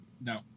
No